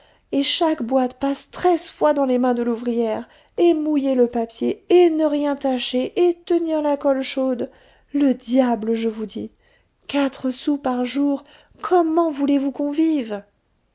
et chaque boîte passe treize fois dans les mains de l'ouvrière et mouiller le papier et ne rien tacher et tenir la colle chaude le diable je vous dis quatre sous par jour comment voulez-vous